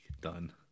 done